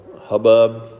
hubbub